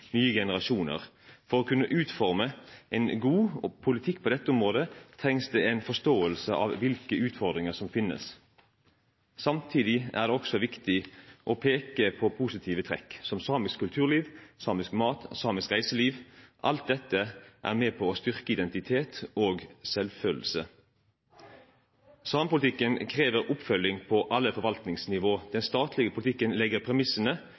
nye generasjoner. For å kunne utforme en god politikk på dette området trengs det en forståelse av hvilke utfordringer som finnes. Samtidig er det viktig å peke på positive trekk, som samisk kulturliv, samisk mat og samisk reiseliv. Alt dette er med på å styrke identitet og selvfølelse. Samepolitikken krever oppfølging på alle forvaltningsnivå. Den statlige politikken legger premissene